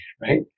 Right